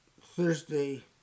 Thursday